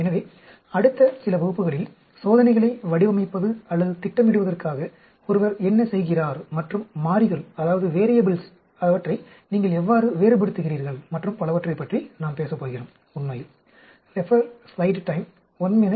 எனவே அடுத்த சில வகுப்புகளில் சோதனைகளை வடிவமைப்பது அல்லது திட்டமிடுவதற்காக ஒருவர் என்ன செய்கிறார் மற்றும் மாறிகளை நீங்கள் எவ்வாறு வேறுபடுத்துகிறீர்கள் மற்றும் பலவற்றை பற்றி நாம் பேசப் போகிறோம் உண்மையில்